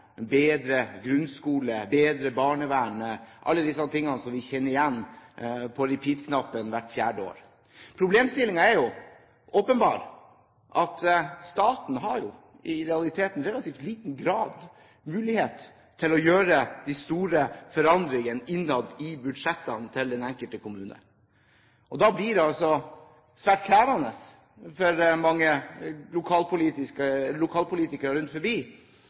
bedre grunnskole, bedre barnevern og alle disse tingene som vi kjenner igjen fra repeat-knappen hvert fjerde år. Problemstillingen er jo åpenbar: Staten har i realiteten i relativt liten grad mulighet til å gjøre de store forandringene innad i budsjettene til den enkelte kommune. Da blir det altså svært krevende for mange lokalpolitikere rundt